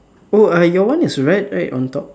oh uh your one is red right on top